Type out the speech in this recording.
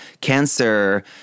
cancer